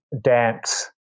dance